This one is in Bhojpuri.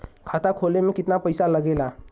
खाता खोले में कितना पईसा लगेला?